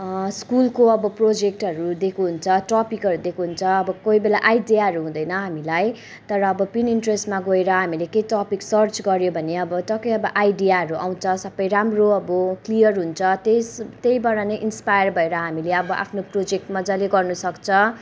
स्कुलको अब प्रोजेक्टहरू दिएको हुन्छ टपिकहरू दिएको हुन्छ अब कोही बेला आइडियाहरू हुँदैन हामीलाई तर अब पिन इन्ट्रेस्टमा गएर हामीले केही टपिक सर्च गऱ्यो भने अब टक्क अब आइडियाहरू आउँछ सबै राम्रो अब क्लियर हुन्छ त्यस त्यहीँबाट नै इन्सपायर भएर हामीले अब आफ्नो प्रोजेक्ट मजाले गर्नुसक्छ